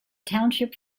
township